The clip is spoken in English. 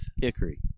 Hickory